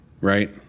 Right